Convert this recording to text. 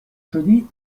شدی